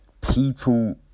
People